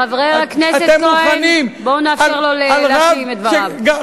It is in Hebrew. חבר הכנסת כהן, בואו נאפשר לו לומר את דבריו.